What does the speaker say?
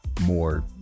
more